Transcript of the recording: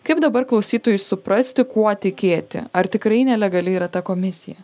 kaip dabar klausytojui suprasti kuo tikėti ar tikrai nelegali yra ta komisija